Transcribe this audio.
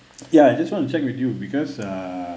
ya just want to check with you because uh